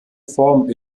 form